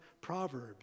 Proverbs